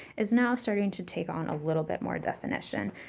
is now starting to take on a little bit more definition.